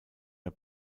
der